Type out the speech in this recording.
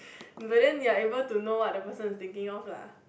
but then you are able to know what the person is thinking of lah